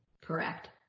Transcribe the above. Correct